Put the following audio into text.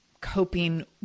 coping